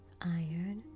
iron